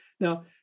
Now